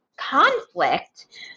conflict